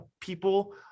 people